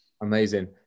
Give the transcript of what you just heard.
Amazing